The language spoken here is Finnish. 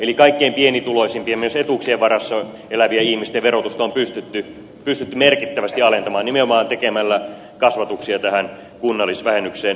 eli kaikkein pienituloisimpien myös etuuksien varassa elävien ihmisten verotusta on pystytty merkittävästi alentamaan nimenomaan tekemällä kasvatuksia tähän kunnallisvähennykseen